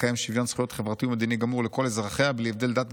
תקיים שוויון זכויות חברתי ומדיני גמור לכל אזרחיה בלי הבדל דת,